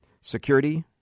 security